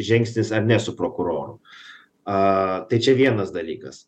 žingsnis ar ne su prokuroru a tai čia vienas dalykas